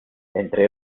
entre